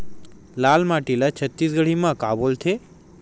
लाल माटी ला छत्तीसगढ़ी मा का बोलथे?